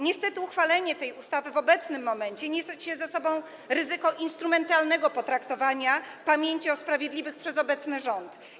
Niestety, uchwalenie tej ustawy w obecnym momencie niesie ze sobą ryzyko instrumentalnego potraktowania pamięci o sprawiedliwych przez obecny rząd.